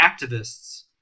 activists